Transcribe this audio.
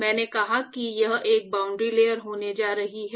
मैंने कहा कि यह एक बाउंड्री लेयर होने जा रही है